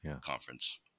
conference